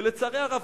ולצערי הרב,